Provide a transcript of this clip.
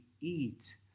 eat